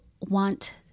want